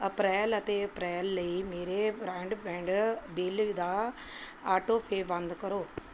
ਅਪ੍ਰੈਲ ਅਤੇ ਅਪ੍ਰੈਲ ਲਈ ਮੇਰੇ ਬਰਾਡਬੈਂਡ ਬਿੱਲ ਦਾ ਆਟੋਪੇ ਬੰਦ ਕਰੋ